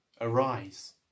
arise